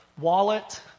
wallet